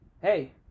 Hey